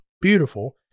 beautiful